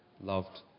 loved